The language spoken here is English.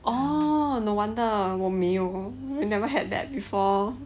oh no wonder 我没有 never had that before